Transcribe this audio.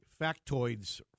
factoids